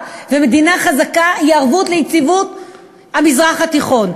במדינה הזאת כמדינה יהודית.